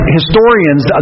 historians